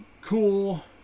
Cool